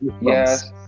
yes